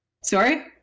Sorry